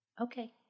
Okay